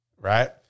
right